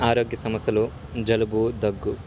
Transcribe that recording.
ఆరోగ్య సమస్యలు జలుబు దగ్గు